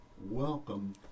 welcome